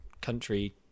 country